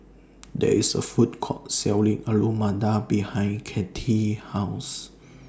There IS A Food Court Selling Alu Matar behind Cathy's House